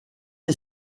est